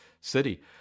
city